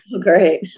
Great